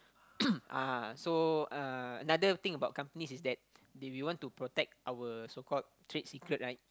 uh so uh another thing about companies is that if you want to protect our so called trade secret right